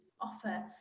offer